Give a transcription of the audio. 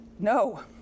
No